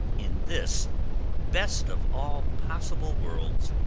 in this best of all possible worlds,